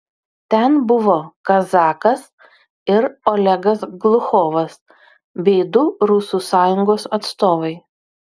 ten buvo kazakas ir olegas gluchovas bei du rusų sąjungos atstovai